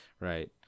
right